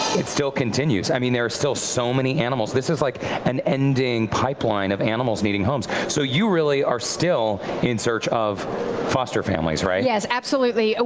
it still continues. i mean there are still so many animals. this is like an ending pipelines of animals needing homes. so you really are still in search of foster families, right? yes. absolutely. ah